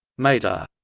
mater.